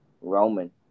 Roman